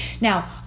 Now